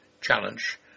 Challenge